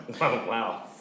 wow